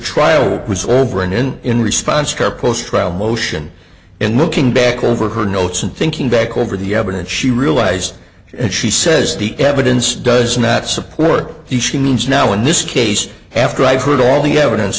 trial was over and then in response to her close trial motion and looking back over her notes and thinking back over the evidence she realized and she says the evidence does not support the she means now in this case after i've heard all the evidence